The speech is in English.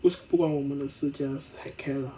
不是不关我们的事 just heck care lah